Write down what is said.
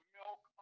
milk